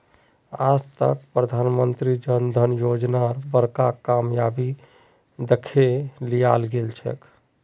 आज तक प्रधानमंत्री जन धन योजनार बड़का कामयाबी दखे लियाल गेलछेक